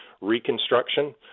reconstruction